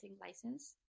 license